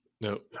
no